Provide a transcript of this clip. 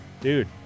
Dude